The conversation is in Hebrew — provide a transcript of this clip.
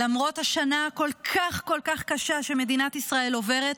למרות השנה הקשה כל כך כל כך שמדינת ישראל עוברת,